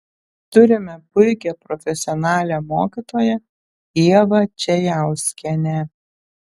turime puikią profesionalią mokytoją ievą čejauskienę